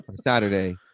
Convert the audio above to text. Saturday